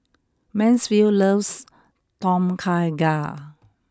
Mansfield loves Tom Kha Gai